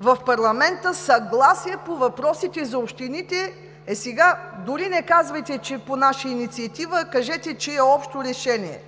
в парламента съгласие по въпросите за общините. Сега дори не казвайте, че е по наша инициатива, а кажете, че е общо решение.